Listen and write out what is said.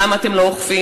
למה אתם לא אוכפים?